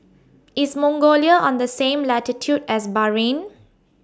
IS Mongolia on The same latitude as Bahrain